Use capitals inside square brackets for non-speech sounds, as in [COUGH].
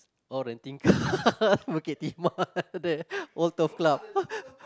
all the thing [LAUGHS] Bukit-Timah there old turf club [NOISE]